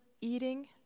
Eating